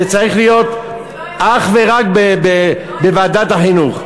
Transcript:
זה צריך להיות אך ורק בוועדת החינוך.